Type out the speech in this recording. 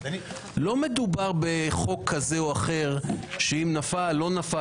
לא מדובר בחוק כזה או אחר שאם נפל או לא נפל,